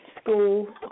School